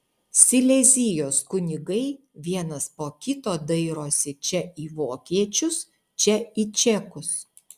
silezijos kunigai vienas po kito dairosi čia į vokiečius čia į čekus